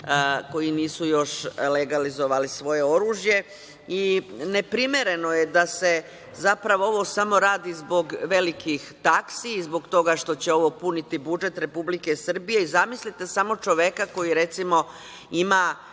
koji nisu još legalizovali svoje oružje i neprimereno je da se zapravo ovo samo radi zbog velikih taksi, zbog toga što će ovo puniti budžet Republike Srbije. Zamislite samo čoveka koji, recimo, ima,